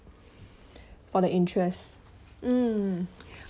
for the interest mm